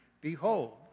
behold